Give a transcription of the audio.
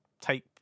take